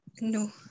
No